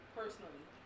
personally